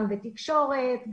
גם בתקשורת,